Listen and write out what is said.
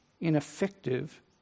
ineffective